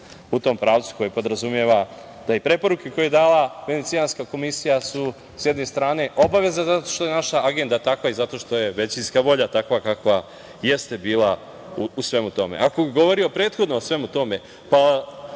u tom pravcu, koji podrazumeva da i preporuke koje je dala Venecijanska komisija su s jedne strane obaveza zato što je naša agenda takva i zato što je većinska volja takva kakva jeste bila u svemu tome. Ako bi govorio prethodno o svemu tome, na